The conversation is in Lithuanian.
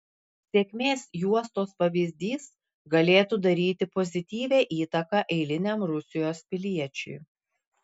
sėkmės juostos pavyzdys galėtų daryti pozityvią įtaką eiliniam rusijos piliečiui